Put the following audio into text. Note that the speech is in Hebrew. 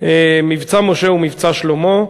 "מבצע משה" ו"מבצע שלמה",